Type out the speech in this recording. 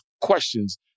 questions